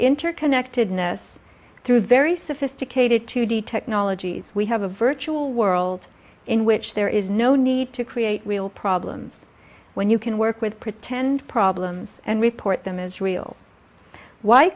interconnectedness through very sophisticated two d technologies we have a virtual world in which there is no need to create real problems when you can work with pretend problems and report them as real why